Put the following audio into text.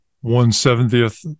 one-seventieth